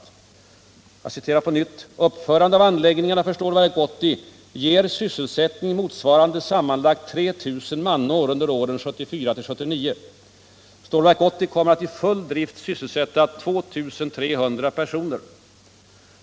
Jag citerar på nytt: ”Uppförande av anläggningarna för Stålverk 80 ger sysselsättning motsvarande sammanlagt 3 000 manår under åren 1974-79. -—-- Stålverk 80 kommer att i full drift sysselsätta ca 2300 personer.